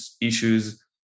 issues